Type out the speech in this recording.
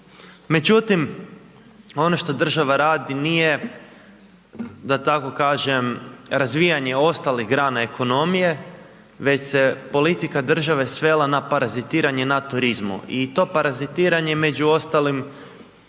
Međutim, ono što država radi nije, da tako kažem, razvijanje ostalih grana ekonomije, već se politika države svela na parazitiranje na turizmu i to parazitiranje među ostalim